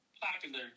popular